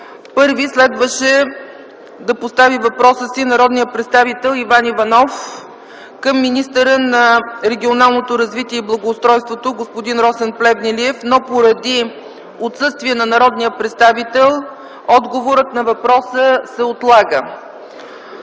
Първи следваше да постави въпроса си народният представител Иван Иванов към министъра на регионалното развитие и благоустройството господин Росен Плевнелиев. Поради отсъствието на народния представител отговорът на въпроса се отлага.